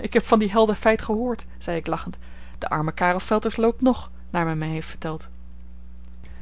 ik heb van dit heldenfeit gehoord zei ik lachend de arme karel felters loopt nog naar men mij heeft verteld